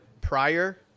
prior